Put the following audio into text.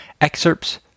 excerpts